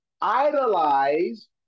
idolize